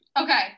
Okay